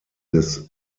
des